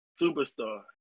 superstar